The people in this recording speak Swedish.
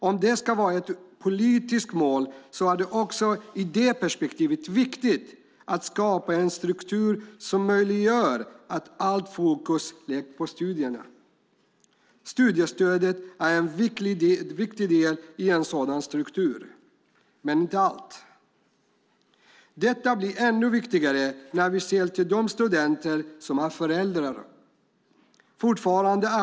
Om det ska vara ett politiskt mål är det också i det perspektivet viktigt att skapa en struktur som möjliggör att allt fokus läggs på studierna. Studiestödet är en viktig del i en sådan struktur, men inte allt. Detta blir ännu viktigare när det gäller de studenter som är föräldrar.